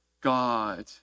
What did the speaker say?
God